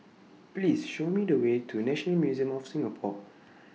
Please Show Me The Way to National Museum of Singapore